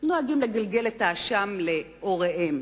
נוהגים לגלגל את האשם אל הוריהם,